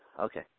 Okay